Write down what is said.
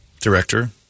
Director